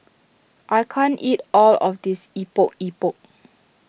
I can't eat all of this Epok Epok